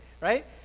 right